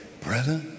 brother